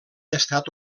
estat